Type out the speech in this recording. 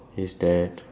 is that